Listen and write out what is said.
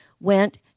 went